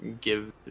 give